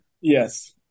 Yes